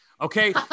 Okay